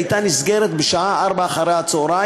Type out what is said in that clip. הייתה נסגרת בשעה 16:00,